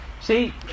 See